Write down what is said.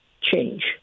change